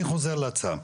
אני חוזר להצעה.